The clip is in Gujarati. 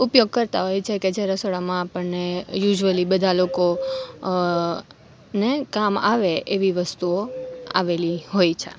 ઉપયોગ કરતાં હોઈએ છીએ કે જે રસોડામાં આપણને યુઝવલી બધાં લોકો ને કામ આવે એવી વસ્તુઓ આવેલી હોય છે